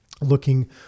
looking